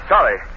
sorry